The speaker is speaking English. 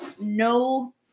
no